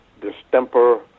distemper